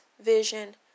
vision